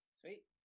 Sweet